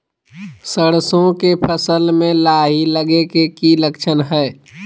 सरसों के फसल में लाही लगे कि लक्षण हय?